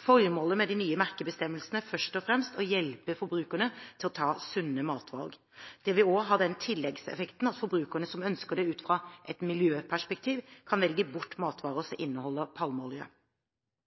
Formålet med de nye merkebestemmelsene er først og fremst å hjelpe forbrukerne til å ta sunne matvalg. Det vil også ha den tilleggseffekten at forbrukere som ønsker det, ut fra et miljøperspektiv kan velge bort matvarer som inneholder palmeolje.